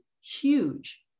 huge